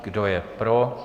Kdo je pro?